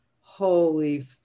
holy